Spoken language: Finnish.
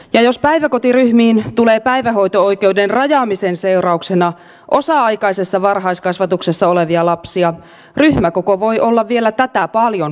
ja jos päiväkotiryhmiin tulee päivähoito oikeuden rajaamisen seurauksena osa aikaisessa varhaiskasvatuksessa olevia lapsia ryhmäkoko voi olla vielä tätä paljon suurempi